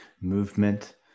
movement